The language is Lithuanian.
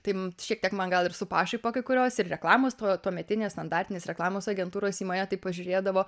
tai šiek tiek man gal ir su pašaipa kai kurios ir reklamos to tuometinės standartinės reklamos agentūros į mane taip pažiūrėdavo